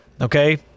okay